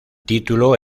título